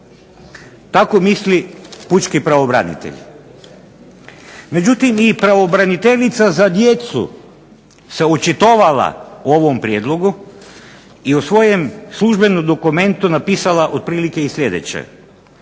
Tako misli pučki pravobranitelj. Međutim, i pravobraniteljica za djecu se očitovala o ovom prijedlogu i u svojem službenom dokumentu napisala otprilike i sljedeće: